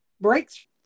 breaks